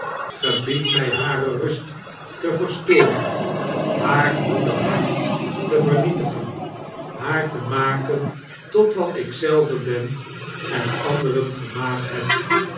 biedt mij hare rust te verstoren haar goede hart te vefrnietigen haar te maken tot wat ik zelve ben en anderen gemaakt hab